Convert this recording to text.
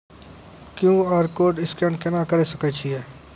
QR code scan केना करै सकय छियै?